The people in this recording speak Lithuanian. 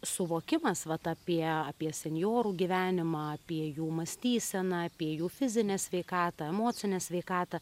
suvokimas vat apie apie senjorų gyvenimą apie jų mąstyseną apie jų fizinę sveikatą emocinę sveikatą